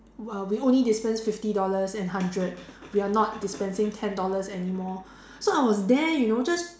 we'll we only dispense fifty dollars and hundred we are not dispensing ten dollars anymore so I was there you know just